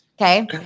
Okay